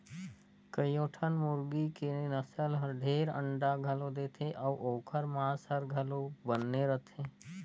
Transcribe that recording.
कयोठन मुरगी के नसल हर ढेरे अंडा घलो देथे अउ ओखर मांस हर घलो बने रथे